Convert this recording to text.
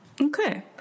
okay